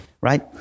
right